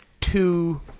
two